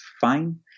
fine